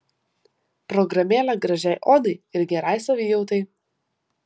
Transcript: programėlė gražiai odai ir gerai savijautai